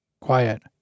Quiet